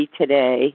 today